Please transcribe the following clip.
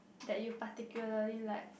that you particularly like